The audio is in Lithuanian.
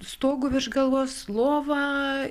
stogu virš galvos lova